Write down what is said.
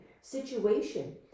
situation